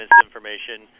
misinformation